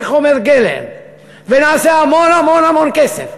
כחומר גלם ונעשה המון המון המון כסף.